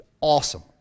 awesome